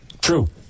True